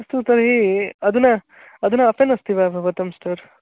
अस्तु तर्हि अधुना अधुना ओपन् अस्ति वा भवतां स्टोर्